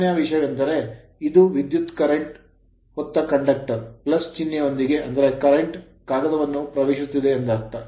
ಎರಡನೆಯ ವಿಷಯವೆಂದರೆ ವಿದ್ಯುತ್ current ಕರೆಂಟ್ ನ್ನು ಹೊತ್ತ ಕಂಡಕ್ಟರ್ ಚಿಹ್ನೆಯೊಂದಿಗೆ ಅಂದರೆ current ಕರೆಂಟ್ ಕಾಗದವನ್ನು ಪ್ರವೇಶಿಸುತ್ತಿದೆ ಎಂದರ್ಥ